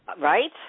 right